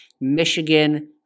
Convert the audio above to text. Michigan